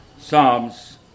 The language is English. Psalms